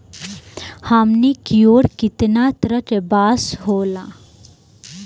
हमनी कियोर कितना तरह के बांस होला